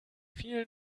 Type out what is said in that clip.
vielen